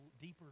deeper